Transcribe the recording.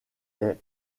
est